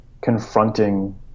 confronting